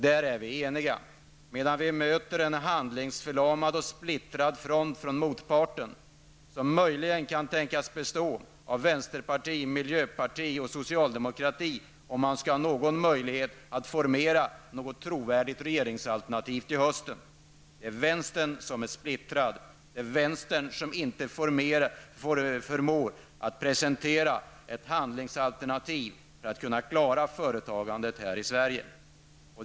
Där är vi eniga, medan vi möter en handlingsförlamad och splittrad front från motparten, som kan tänkas bestå av vänsterparti, miljöparti och socialdemokrati, om man skall ha någon möjlighet att formera ett trovärdigt regeringsalternativ till hösten. Det är vänstern som är splittrad, det är vänstern som inte förmår presentera ett handlingsalternativ för att kunna klara företagandet här i Sverige.